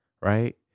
right